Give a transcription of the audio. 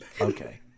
Okay